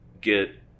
get